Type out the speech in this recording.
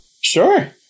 sure